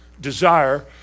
desire